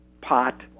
pot